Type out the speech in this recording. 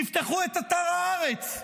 תפתחו את אתר "הארץ",